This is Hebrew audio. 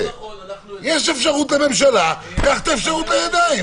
יש אפשרות לממשלה, קח את האפשרות לידיים.